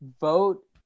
vote